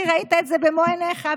כי ראית את זה במו עיניך,